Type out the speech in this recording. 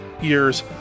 year's